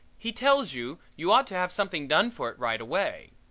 he tells you you ought to have something done for it right away.